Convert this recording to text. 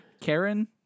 Karen